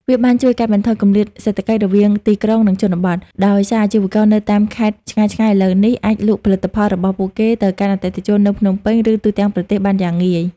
វាបានជួយកាត់បន្ថយ គម្លាតសេដ្ឋកិច្ច រវាងទីក្រុង និងជនបទ ដោយសារអាជីវករនៅតាមខេត្តឆ្ងាយៗឥឡូវនេះអាចលក់ផលិតផលរបស់ពួកគេទៅកាន់អតិថិជននៅភ្នំពេញ ឬទូទាំងប្រទេសបានយ៉ាងងាយ។